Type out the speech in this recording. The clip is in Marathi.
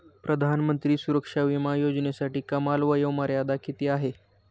प्रधानमंत्री सुरक्षा विमा योजनेसाठी कमाल वयोमर्यादा किती आहे?